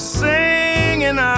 singing